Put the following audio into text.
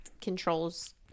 controls